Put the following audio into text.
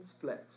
flesh